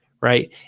right